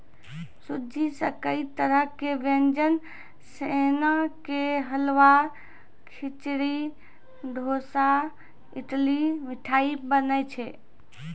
सूजी सॅ कई तरह के व्यंजन जेना कि हलवा, खिचड़ी, डोसा, इडली, मिठाई बनै छै